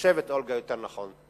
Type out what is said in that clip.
תושבת אולגה יותר נכון,